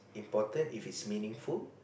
important if it's meaningful